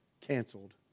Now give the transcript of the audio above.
canceled